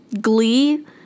Glee